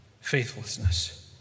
faithlessness